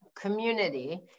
community